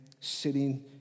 sitting